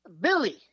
Billy